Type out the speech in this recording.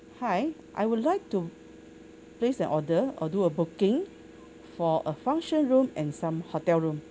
hi I would like to place an order or do a booking for a function room and some hotel room